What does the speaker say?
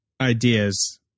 ideas